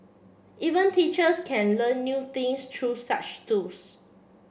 even teachers can learn new things true such tools